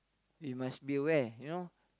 you must be aware you know